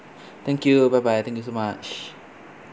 thank you bye bye thank you so much